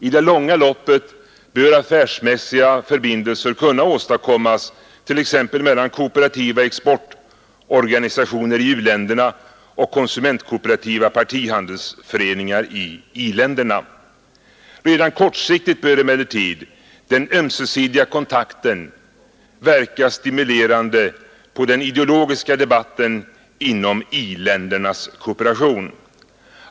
I det långa loppet bör affärsmässiga förbindelser kunna åstadkommas t.ex. mellan kooperativa exportorganisationer i u-länderna och konsumentkooperativa partihandelsföreningar i i-länderna. Redan kortsiktigt bör emellertid den ömsesidiga kontakten verka stimulerande på den ideologiska debatten inom i-ländernas kooperation.